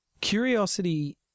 Curiosity